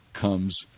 comes